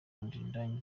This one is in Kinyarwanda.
kundinda